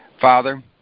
Father